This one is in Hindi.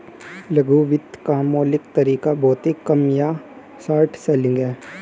लघु वित्त का मौलिक तरीका भौतिक कम या शॉर्ट सेलिंग है